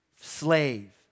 Slave